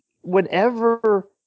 whenever